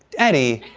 eddie.